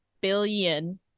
billion